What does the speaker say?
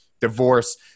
divorce